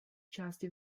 části